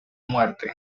muerte